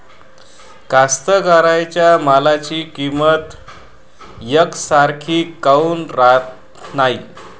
कास्तकाराइच्या मालाची किंमत यकसारखी काऊन राहत नाई?